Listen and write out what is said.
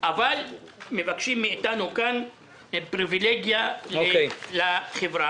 אבל מבקשים מאיתנו כאן פריבילגיה לחברה.